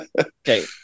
Okay